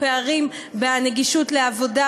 בנגישות לעבודה,